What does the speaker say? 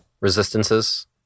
Resistances